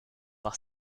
par